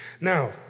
Now